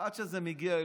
עד שזה מגיע אליכם.